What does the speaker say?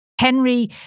Henry